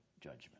judgment